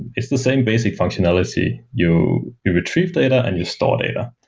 it's the same basic functionality. you you retrieve data and you store data.